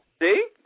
See